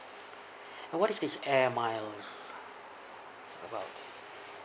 now what is this air miles about